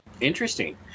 Interesting